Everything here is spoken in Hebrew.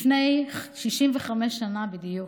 לפני 65 שנה בדיוק,